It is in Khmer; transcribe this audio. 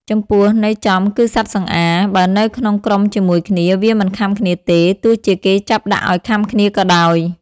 ចំពោះ ន័យចំគឺសត្វសង្អារ បើនៅក្នុងក្រុមជាមួយគ្នា វាមិនខាំគ្នាទេ ទោះជាគេចាប់ដាក់ឲ្យខាំគ្នាក៏ដោយ ។